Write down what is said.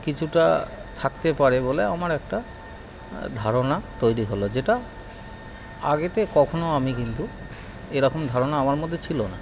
কিছুটা থাকতে পারে বলে আমার একটা ধারণা তৈরি হলো যেটা আগেতে কখনও আমি কিন্তু এরকম ধারণা আমার মধ্যে ছিল না